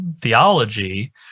theology